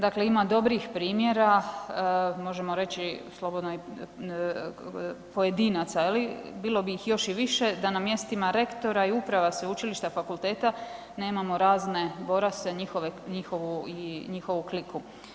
Dakle, ima dobrih primjera možemo reći i slobodno pojedinac, bilo bi ih još i više da na mjestima rektora i uprava sveučilišta fakulteta nemamo razne Borase, njihove i njihovu kliku.